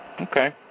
Okay